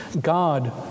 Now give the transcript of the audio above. God